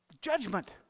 judgment